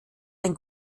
ein